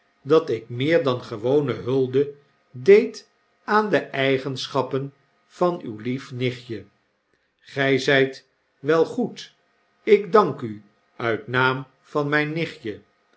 dat ik meer dan gewone hulde deed aan de eigenschappen van uw lief nichtje gy zyt wel goed ik dank u uitnaamvan myn nichtje